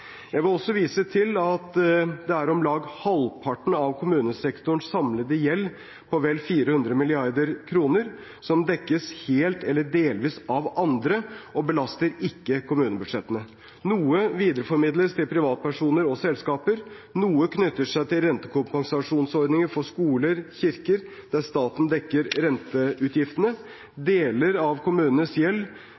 Jeg vil også vise til at det er om lag halvparten av kommunesektorens samlede gjeld på vel 400 mrd. kr som dekkes helt eller delvis av andre, og ikke belaster kommunebudsjettene. Noe videreformidles til privatpersoner og selskaper, noe knytter seg til rentekompensasjonsordningen for skoler og kirker, der staten dekker renteutgiftene. Deler av kommunenes gjeld